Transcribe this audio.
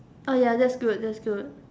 oh ya that's that's good